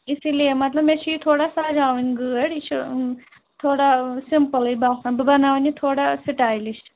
اسی لیے مطلب مےٚ چھِ یہِ تھوڑا سجاوٕنۍ گٲڑۍ یہِ چھِ تھوڑا سِپٕلٕے باسان بہٕ بناوَن یہِ تھوڑا سِٹایلِش